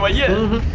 ah you